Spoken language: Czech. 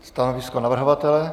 Stanovisko navrhovatele?